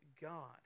God